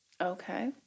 Okay